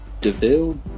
deville